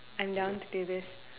I'm down to do this